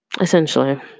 Essentially